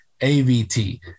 AVT